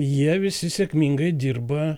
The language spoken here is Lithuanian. jie visi sėkmingai dirba